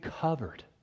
covered